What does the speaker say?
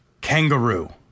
Kangaroo